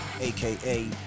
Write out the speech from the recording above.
aka